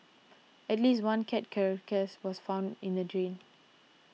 at least one cat carcass was found in a drain